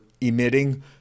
emitting